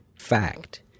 fact